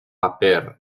paper